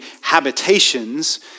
habitations